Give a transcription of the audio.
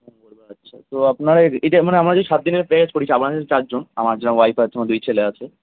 মঙ্গলবার আচ্ছা তো আপনার এ এটা মানে আপনার এই সাত দিনের প্ল্যান করেছি আমাদের চারজন আমার যা ওয়াইফ আর আমার দুই ছেলে আছে